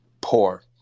poor